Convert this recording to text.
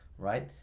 right?